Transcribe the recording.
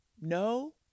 no